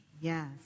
Yes